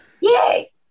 Yay